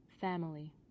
family